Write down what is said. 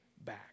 back